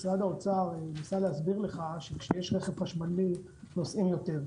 משרד האוצר ניסה להסביר לך שכשיש רכב חשמלי נוסעים יותר.